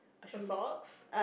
a socks